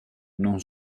non